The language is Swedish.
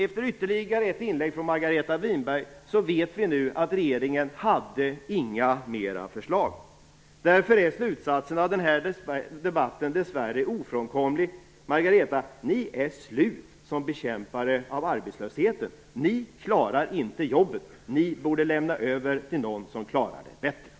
Efter ytterligare ett inlägg från Margareta Winberg vet vi nu att regeringen inte hade några fler förslag. Därför är slutsatsen av denna debatt dess värre ofrånkomlig: Regeringen är slut som bekämpare av arbetslösheten. Den klarar inte jobben. Den borde lämna över till någon som klarar detta bättre.